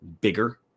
bigger